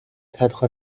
تنها